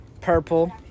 purple